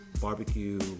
barbecue